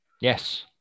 Yes